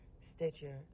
Stitcher